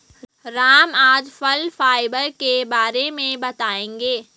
राम आज फल फाइबर के बारे में बताएँगे